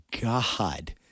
God